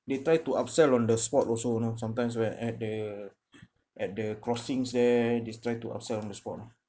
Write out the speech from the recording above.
they try to upsell on the spot also you know sometimes where at the at the crossings there they try to upsell on the spot ah